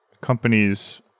companies